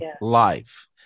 life